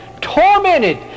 tormented